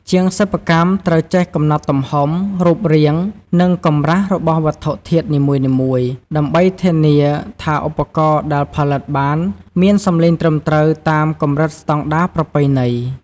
ជាងសិប្បកម្មត្រូវចេះកំណត់ទំហំ រូបរាង និងកម្រាស់របស់វត្ថុធាតុនីមួយៗ ដើម្បីធានាថាឧបករណ៍ដែលផលិតបានមានសម្លេងត្រឹមត្រូវតាមកម្រិតស្តង់ដារប្រពៃណី។